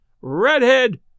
Redhead